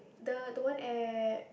the the one at